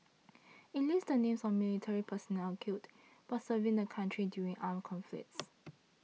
it lists the names of military personnel killed person serving the country during armed conflicts